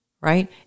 Right